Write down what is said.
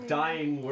dying